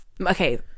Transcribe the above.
okay